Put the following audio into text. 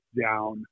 down